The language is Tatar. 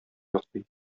йоклый